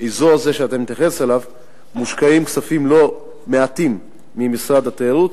שבאזור הזה שאתה מתייחס אליו מושקעים כספים לא מעטים ממשרד התיירות.